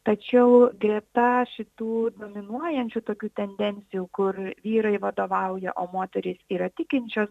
tačiau greta šitų dominuojančių tokių tendencijų kur vyrai vadovauja o moterys yra tikinčios